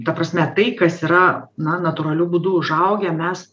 ta prasme tai kas yra na natūraliu būdu užaugę mes